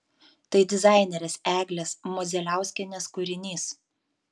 tai dizainerės eglės modzeliauskienės kūrinys